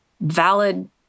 valid